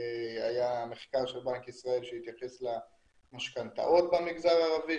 היה מחקר של בנק ישראל שהתייחס למשכנתאות במגזר הערבי,